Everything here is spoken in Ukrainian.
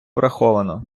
враховано